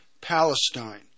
Palestine